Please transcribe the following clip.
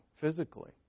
physically